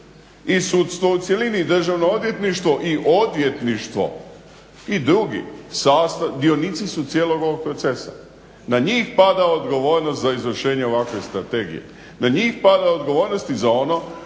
i sudstvo u cjelini i Državno odvjetništvo i drugi dionici su cijelog ovog procesa. Na njih pada odgovornost za izvršenje ovakve strategije, na njih pada odgovornost i za ono